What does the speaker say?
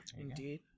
Indeed